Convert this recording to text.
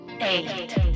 Eight